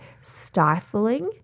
stifling